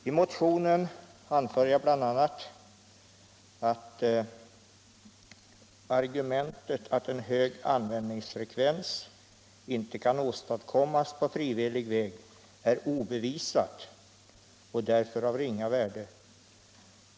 I motionen anför jag bl.a.: ”Argumentet att en hög användningsfrekvens inte kan åstadkommas på frivillig väg är obevisat och därför av ringa värde.